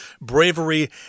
bravery